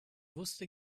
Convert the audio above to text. wusste